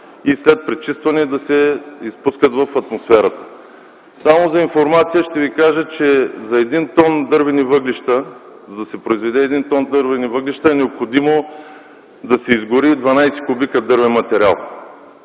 и след пречистване да се изпускат в атмосферата. Само за информация ще ви кажа, че за да се произведе един тон дървени въглища, е необходимо да се изгорят 12 кубика дървен материал.